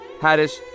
Harris